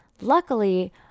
Luckily